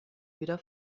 wieder